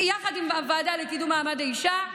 יחד עם הוועדה לקידום מעמד האישה.